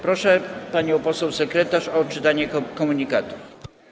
Proszę panią poseł sekretarz o odczytanie komunikatów.